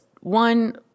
one